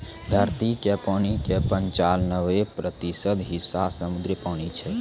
धरती के पानी के पंचानवे प्रतिशत हिस्सा समुद्री पानी छै